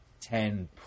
ten